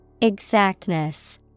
Exactness